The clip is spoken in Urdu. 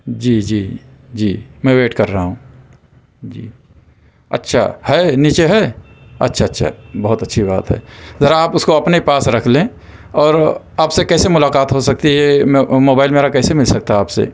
جی جی جی میں ویٹ کر رہا ہوں جی اچھا ہے نیچے ہے اچھا اچھا بہت اچھی بات ہے ذرا آپ اس کو اپنے ہی پاس رکھ لیں اور آپ سے کیسے ملاقات ہو سکتی ہے میں موبائل میرا کیسے مل سکتا ہے آپ سے